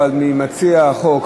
אבל מציע החוק,